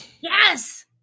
Yes